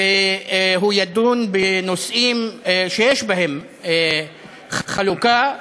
והוא ידון בנושאים שיש בהם חלוקה,